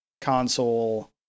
console